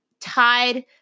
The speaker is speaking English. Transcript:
tied